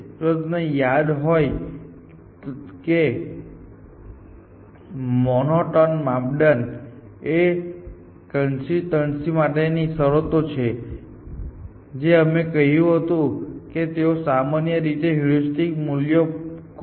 જો તમને યાદ હોય કે મોનોટોન માપદંડ એ કન્સિસ્ટર્નસી માટેની શરતો છે જે અમે કહ્યું હતું કે તેઓ સામાન્ય રીતે હ્યુરિસ્ટિક મૂલ્યો ખૂબ સચોટ હોવાની અપેક્ષા રાખે છે